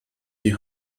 die